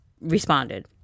responded